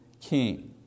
king